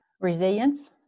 Resilience